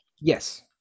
Yes